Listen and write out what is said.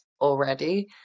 already